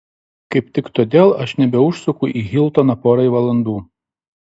kaip tik todėl aš nebeužsuku į hiltoną porai valandų